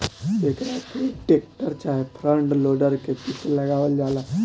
एकरा के टेक्टर चाहे फ्रंट लोडर के पीछे लगावल जाला